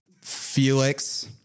Felix